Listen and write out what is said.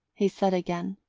he said again.